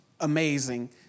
amazing